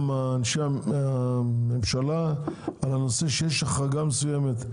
אנשי הממשלה על כך שיש החרגה מסוימת.